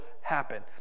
happen